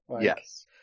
Yes